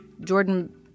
Jordan